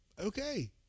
Okay